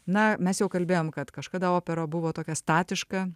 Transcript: na mes jau kalbėjom kad kažkada opera buvo tokia statiška